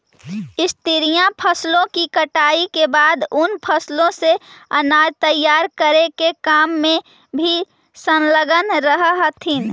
स्त्रियां फसलों की कटाई के बाद उन फसलों से अनाज तैयार करे के काम में भी संलग्न रह हथीन